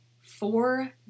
four